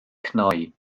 cnoi